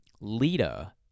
Lita